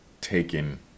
taken